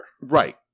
Right